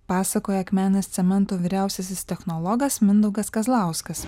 pasakoja akmenės cemento vyriausiasis technologas mindaugas kazlauskas